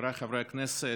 חבריי חברי הכנסת,